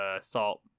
Salt